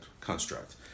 construct